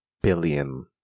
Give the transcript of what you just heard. billion